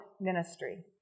ministry